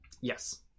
Yes